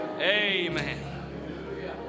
Amen